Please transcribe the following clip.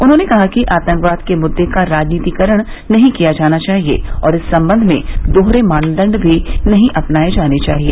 उन्होंने कहा कि आतंकवाद के मुद्दे का राजनीतीकरण नहीं किया जाना चाहिए और इस संबंध में दोहरे मानदंड भी नहीं अपनाये जाने चाहिए